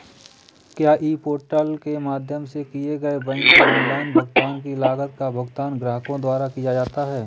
क्या e portal के माध्यम से किए गए बैंक के ऑनलाइन भुगतान की लागत का भुगतान ग्राहकों द्वारा किया जाता है?